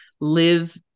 live